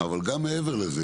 אבל גם מעבר לזה,